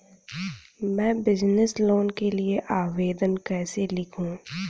मैं business loan के लिए आवेदन कैसे लिखूँ?